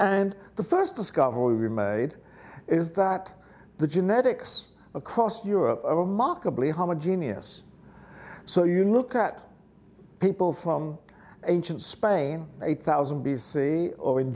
and the first discovery we made is that the genetics across europe remarkably homogeneous so you look at people from ancient spain eight thousand b c or in